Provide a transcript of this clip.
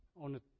on